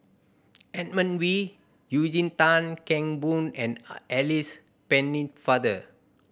Edmund Wee Eugene Tan Kheng Boon and Alice Pennefather